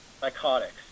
psychotics